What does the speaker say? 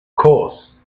course